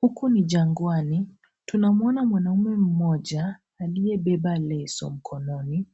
Huku ni jangwani. Tunamuona mwanaume mmoja aliyebeba leso mkononi.